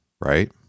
right